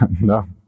No